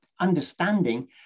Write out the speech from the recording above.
understanding